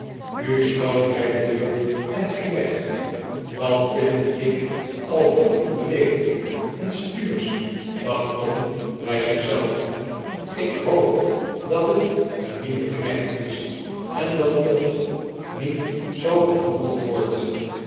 nu sloot hij de deur en ging weg dat vind ik al heel onbeleefd en stuursch dacht tom bij zich zelf ik hoop dat het een nieuwe knecht is en dat ruth niet zoo behandeld wordt